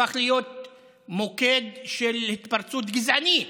הפך להיות מוקד של התפרצות גזענית.